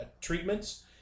treatments –